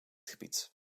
gebied